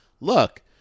Look